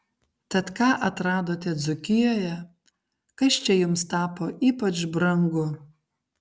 tad ką atradote dzūkijoje kas čia jums tapo ypač brangu